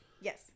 Yes